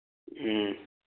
ꯎꯝ